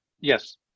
Yes